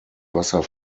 wasser